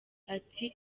ati